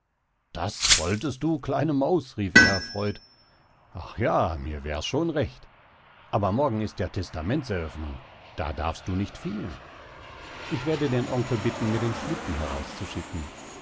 das wolltest du kleine maus rief er erfreut ach ja mir wär's schon recht aber morgen ist ja testamentseröffnung da darfst du nicht fehlen ich werde den onkel bitten mir den schlitten herauszuschicken